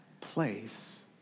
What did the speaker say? place